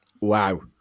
Wow